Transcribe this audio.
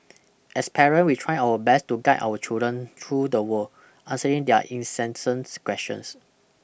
as parent we try our best to guide our children through the world answering their incessant questions